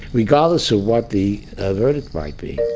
regardless of what the verdict might be